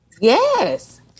Yes